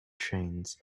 trains